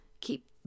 keep